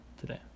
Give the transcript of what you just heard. today